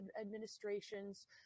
administrations